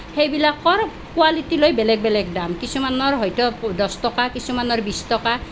সেইবিলাকৰ কোৱালিটি লৈ বেলেগ বেলেগ দাম কিছুমানৰ হয়তো দহ টকা কিছুমানৰ বিশ টকা